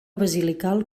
basilical